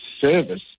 service